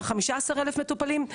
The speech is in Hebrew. על כ-15,000 מטופלים.